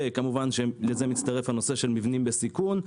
כמובן שלזה מצטרף הנושא של מבנה בסיכון.